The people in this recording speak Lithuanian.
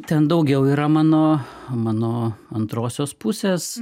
ten daugiau yra mano mano antrosios pusės